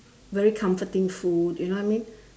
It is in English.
very comforting food you know what I mean